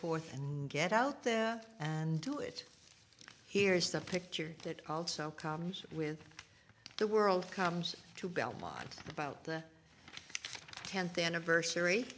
fourth and get out there and do it here is the picture that also comes with the world comes to belmont about the tenth anniversary